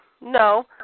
No